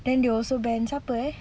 then they also ban siapa eh